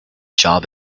job